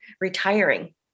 retiring